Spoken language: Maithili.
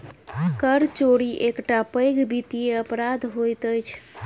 कर चोरी एकटा पैघ वित्तीय अपराध होइत अछि